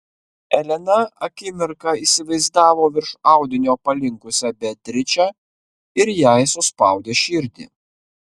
elena akimirką įsivaizdavo virš audinio palinkusią beatričę ir jai suspaudė širdį